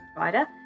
provider